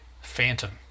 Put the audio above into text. phantom